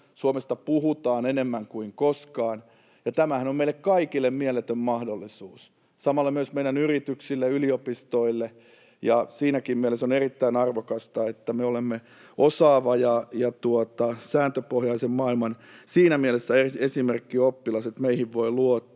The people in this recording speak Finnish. Suomesta puhutaan enemmän kuin koskaan, ja tämähän on meille kaikille mieletön mahdollisuus, samalla myös meidän yrityksille, yliopistoille. Siinäkin mielessä on erittäin arvokasta, että me olemme osaava ja sääntöpohjaisen maailman siinä mielessä esimerkkioppilas, että meihin voi luottaa.